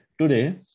Today